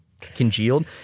congealed